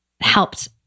helped